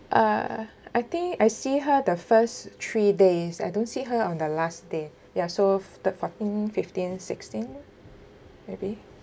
uh I think I see her the first three days I don't see her on the last day ya so the fourteen fifteen sixteen maybe